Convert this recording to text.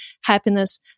happiness